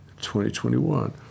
2021